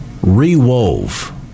rewove